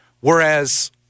Whereas